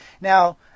Now